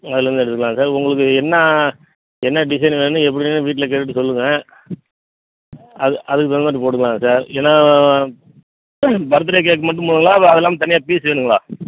அதுலேர்ந்து எடுத்துக்கலாம் சார் உங்களுக்கு என்ன என்ன டிசைனு வேணும் எப்படி வேணுன்னு வீட்டில் கேட்டுகிட்டு சொல்லுங்க அது அதுக்கு தகுந்த மாதிரி போட்டுங்களாங்க சார் ஏன்னால் பர்த்டே கேக்கு மட்டும் போதுங்களா இல்லை அது இல்லாமல் தனியாக பீஸ் வேணுங்களா